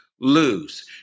lose